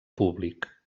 públic